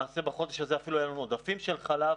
למעשה, בחודש הזה אפילו היו לנו עודפים של חלב,